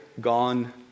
gone